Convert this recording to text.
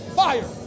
fire